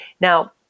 Now